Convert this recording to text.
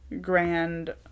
grand